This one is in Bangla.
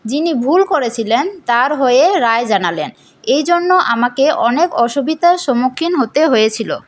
যিনি ভুল করেছিলেন তার হয়ে রায় জানালেন এই জন্য আমাকে অনেক অসুবিধার সম্মুখীন হতে হয়েছিল